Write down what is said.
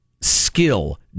skill